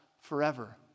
forever